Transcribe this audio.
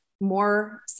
more